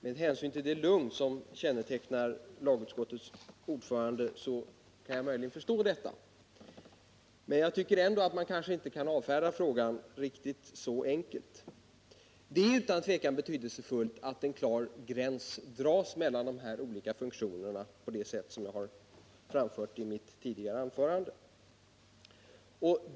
Med hänsyn till det lugn som kännetecknar lagutskottets ordförande kan jag möjligen förstå detta. Men jag tycker ändå inte att man kan avfärda frågan riktigt så lätt. Det är utan tvekan betydelsefullt att en klar gräns dras mellan dessa olika funktioner på det sätt som jag har framfört i mitt tidigare anförande.